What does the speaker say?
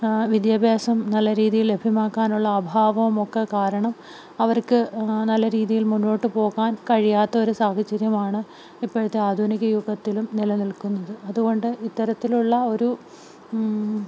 വിദ്യാഭ്യാസം നല്ല രീതിയിൽ ലഭ്യമാക്കാനുള്ള അഭാവവുമൊക്കെ കാരണം അവർക്ക് നല്ല രീതിയിൽ മുന്നോട്ടുപോകാൻ കഴിയാത്തൊരു സാഹചര്യമാണ് ഇപ്പോഴത്തെ ആധുനിക യുഗത്തിലും നിലനിൽക്കുന്നത് അതുകൊണ്ട് ഇത്തരത്തിലുള്ള ഒരു